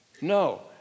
No